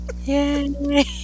Yay